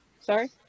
Sorry